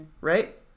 Right